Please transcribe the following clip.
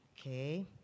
Okay